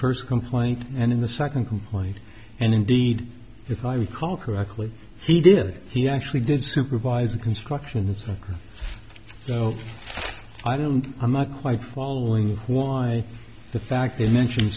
first complaint and in the second complaint and indeed if i recall correctly he did he actually did supervise the construction and i don't i'm not quite following why the fact they mentioned